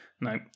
No